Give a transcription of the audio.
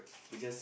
they just